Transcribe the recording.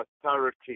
authority